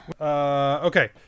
Okay